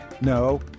no